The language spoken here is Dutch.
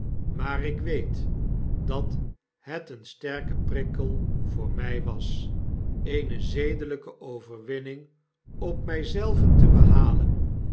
maar ik weet dat het een sterke prikkel voor mi was eene zedelyke overwinning op mij zelven te behalen